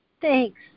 Thanks